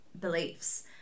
beliefs